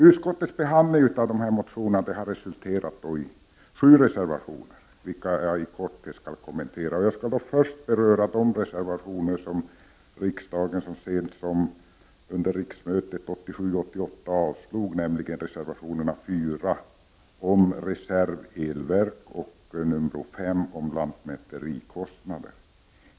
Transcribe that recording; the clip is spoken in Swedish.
Utskottets behandling av motionerna har resulterat i sju reservationer, vilka jag i korthet skall kommentera. Jag vill då först beröra de reservationer som riksdagen så sent som under riksmötet 1987/88 avslog, nämligen reservationerna 4 om reservelverk och 5 om lantmäterikostnader.